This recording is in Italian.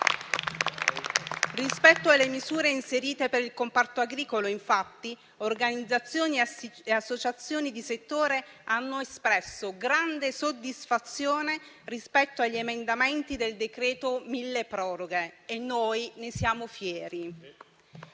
Rispetto alle misure inserite per il comparto agricolo, infatti, organizzazioni e associazioni di settore hanno espresso grande soddisfazione rispetto agli emendamenti del decreto-legge milleproroghe, e noi ne siamo fieri.